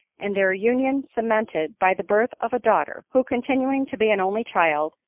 and their union cemented by the birth of a daughter who continuing to be an only child,